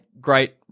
great